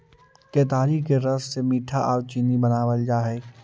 केतारी के रस से मीठा आउ चीनी बनाबल जा हई